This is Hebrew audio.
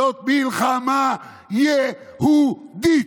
זאת מלחמה יהודית.